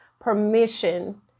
permission